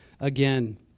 again